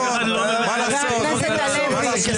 --- חבר הכנסת הלוי,